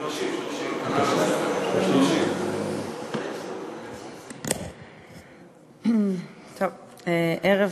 30, 30. ערב טוב,